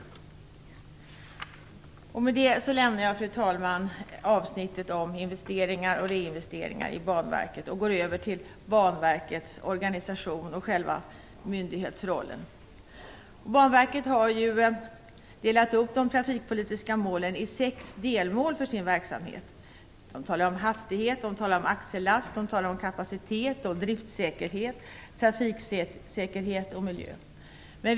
Fru talman! Med detta lämnar jag avsnittet om investeringar och reinvesteringar i Banverket och går över till Banverkets organisation och själva myndighetsrollen. Banverket har delat upp de trafikpolitiska målen i sex delmål för sin verksamhet. Man talar om hastighet, axellast, kapacitet, driftsäkerhet, trafiksäkerhet och miljön.